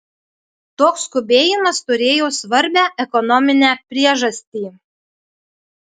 toks skubėjimas turėjo svarbią ekonominę priežastį